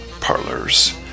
parlors